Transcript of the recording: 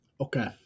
Okay